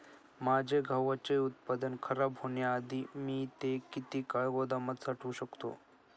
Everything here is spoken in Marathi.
माझे गव्हाचे उत्पादन खराब होण्याआधी मी ते किती काळ गोदामात साठवू शकतो?